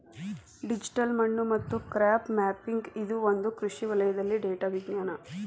digital ಮಣ್ಣು ಮತ್ತು crop mapping ಇದು ಒಂದು ಕೃಷಿ ವಲಯದಲ್ಲಿ ಡೇಟಾ ವಿಜ್ಞಾನ